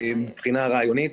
מבחינה רעיונית.